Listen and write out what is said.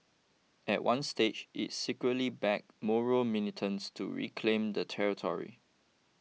at one stage it secretly backed Moro militants to reclaim the territory